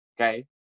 okay